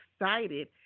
excited